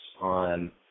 on